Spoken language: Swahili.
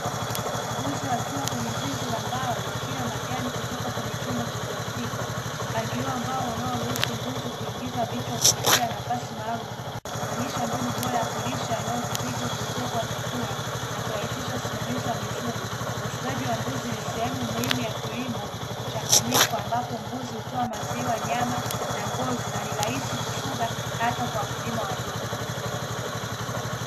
Mbuzi wakiwa kwenye zizi la mbao wakila majani kutoka kwenye chombo cha plastiki, mpagilio ambao unaoruhusu mbuzi kuingiza vichwa kupitia nafasi maalumu, unaonesha mbinu bora ya kulisha inayodhibiti upotevu wa chakula na kurahisisha usimamizi wa mifugo, ufugaji wa mbuzi ni sehemu muhimu ya kilimo mchanganyiko, ambapo mbuzi hutoa maziwa na ngozi na ni rahisi kufuga hata kwa wakulima wadogo.